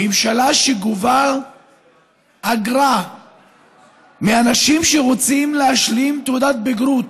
ממשלה שגובה אגרה מאנשים שרוצים להשלים תעודת בגרות